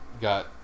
got